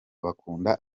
bakunda